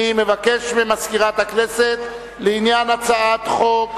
אני מבקש ממזכירת הכנסת, לעניין הצעת חוק